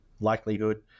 likelihood